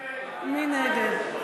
מי נגד?